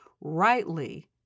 rightly